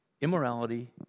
immorality